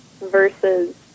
versus